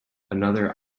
another